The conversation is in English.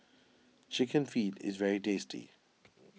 Chicken Feet is very tasty